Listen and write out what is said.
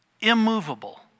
immovable